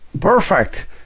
Perfect